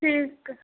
ठीक आहे